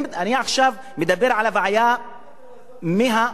אני עכשיו מדבר על הבעיה, מה,